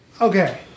Okay